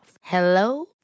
Hello